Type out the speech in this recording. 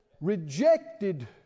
rejected